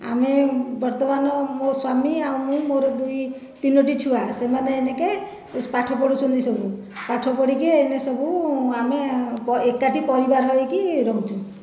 ଆମେ ବର୍ତ୍ତମାନ ମୋ ସ୍ୱାମୀ ଆଉ ମୁଁ ମୋର ଦୁଇ ତିନୋଟି ଛୁଆ ସେମାନେ ପାଠ ପଢୁଛନ୍ତି ସବୁ ପାଠ ପଢ଼ିକି ଏଇନେ ସବୁ ଆମେ ଏକାଠି ପରିବାର ହୋଇକି ରହୁଛୁ